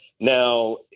Now